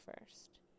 first